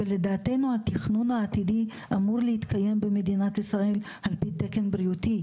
ולדעתנו התכנון העתידי אמור להתקיים במדינת ישראל על פי תקן בריאותי,